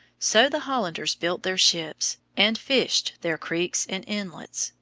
so the hollanders built their ships, and fished their creeks and inlets,